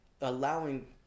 allowing